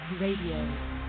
Radio